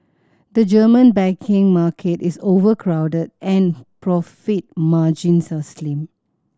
the German banking market is overcrowded and profit margins are slim